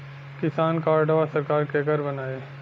किसान कार्डवा सरकार केकर बनाई?